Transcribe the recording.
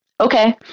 Okay